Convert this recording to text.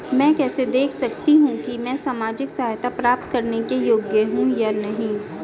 मैं कैसे देख सकती हूँ कि मैं सामाजिक सहायता प्राप्त करने के योग्य हूँ या नहीं?